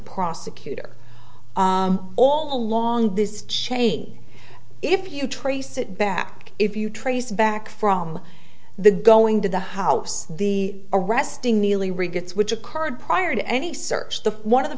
prosecutor all along this chain if you trace it back if you trace back from the going to the house the arresting neely recruits which occurred prior to any search the one of the